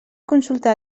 consultar